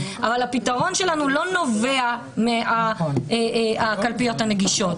אבל הפתרון שלנו לא נובע מהקלפיות הנגישות,